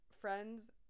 friends